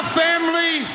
family